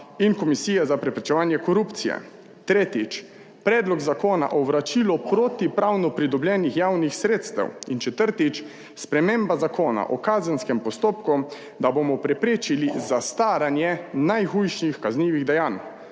in komisije za preprečevanje korupcije. Tretjič, predlog zakona o vračilu protipravno pridobljenih javnih sredstev. In četrtič, sprememba zakona o kazenskem postopku, da bomo preprečili zastaranje najhujših kaznivih dejanj.